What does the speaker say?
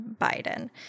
Biden